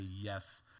yes